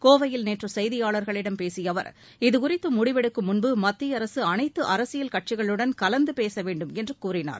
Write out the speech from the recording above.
கோவையில் நேற்று செய்தியாளர்களிடம் பேசிய அவர் இதுகுறித்து முடிவெடுக்கும் முன்பு மத்திய அரசு அனைத்து அரசியல் கட்சிகளுடன் கலந்து பேச வேண்டுமென்று கூறினார்